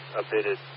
updated